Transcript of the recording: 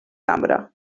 cambra